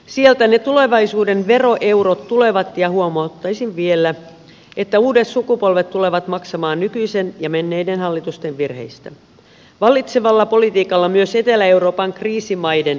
sieltä ne tulevaisuuden veroeurot tulevat ja huomauttaisin vielä että uudet sukupolvet tulevat maksamaan nykyisen ja menneiden hallitusten virheistä vallitsevalla politiikalla myös etelä euroopan kriisimaiden virheistä